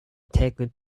taken